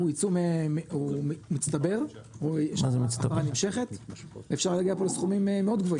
הוא עיצום מצטבר ואפשר להגיע פה לסכומים מאוד גבוהים.